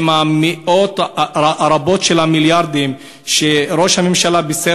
עם המאות הרבות של מיליארדים שראש הממשלה בישר